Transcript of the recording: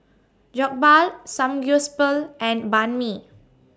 Jokbal Samgyeopsal and Banh MI